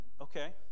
okay